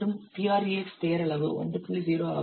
0 ஆகும்